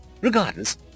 Regardless